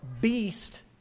beast